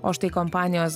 o štai kompanijos